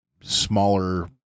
smaller